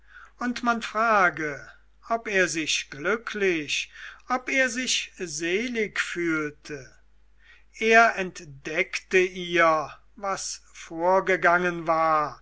und man frage ob er sich glücklich ob er sich selig fühlte er entdeckte ihr was vorangegangen war